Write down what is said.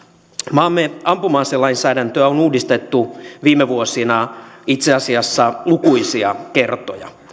maamme ampuma aselainsäädäntöä on uudistettu viime vuosina itse asiassa lukuisia kertoja